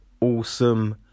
awesome